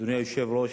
אדוני היושב-ראש,